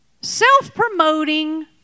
self-promoting